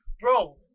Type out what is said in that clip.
bro